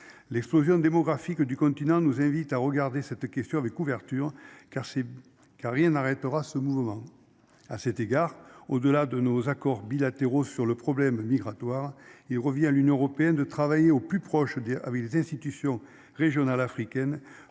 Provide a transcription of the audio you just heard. L'explosion démographique du continent, nous invite à regarder cette question avec ouverture car c'est qu'a rien n'arrêtera ce mouvement. À cet égard au-delà de nos accords bilatéraux sur le problème migratoire, il revient à l'Union européenne de travailler au plus proche. Je veux dire, oui les institutions régionales africaines